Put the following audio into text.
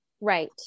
Right